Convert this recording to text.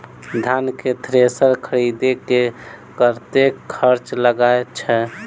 धान केँ थ्रेसर खरीदे मे कतेक खर्च लगय छैय?